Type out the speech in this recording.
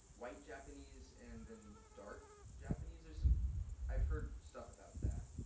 white japanese and then dark japanese or so i've heard stuff about that.